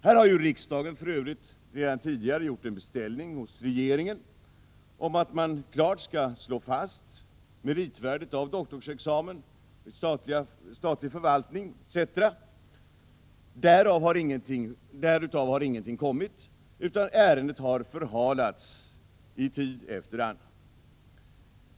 Här har riksdagen för övrigt tidigare gjort en beställning hos regeringen om att man klart skall slå fast meritvärdet av doktorsexamen inom statlig förvaltning, etc. Därav har ingenting kommit, utan ärendet har förhalats tid efter annan.